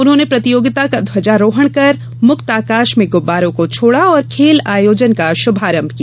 उन्होंने प्रतिर्योगिता का ध्वजारोहण कर मुक्त आकाश में गुब्बारो को छोड़ा और खेल आयोजन का श्भांरभ किया